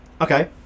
Okay